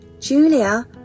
Julia